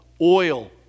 oil